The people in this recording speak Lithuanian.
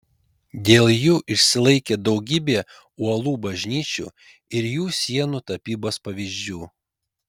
dėl jų išsilaikė daugybė uolų bažnyčių ir jų sienų tapybos pavyzdžių